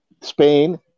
Spain